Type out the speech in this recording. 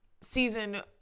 Season